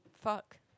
Fuck